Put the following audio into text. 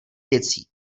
věcí